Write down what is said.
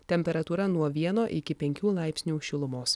temperatūra nuo vieno iki penkių laipsnių šilumos